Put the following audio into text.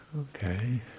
Okay